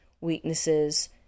weaknesses